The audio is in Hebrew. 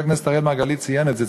וחבר הכנסת אראל מרגלית ציין את זה,